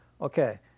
Okay